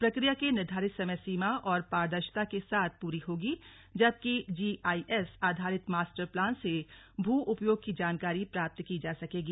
प्रक्रिया की निर्धारित समय सीमा और पारदर्शिता के साथ पूरी होगी जबकि जीआईएस आधारित मास्टर प्लान से भू उपयोग की जानकारी प्राप्त की जा सकेगी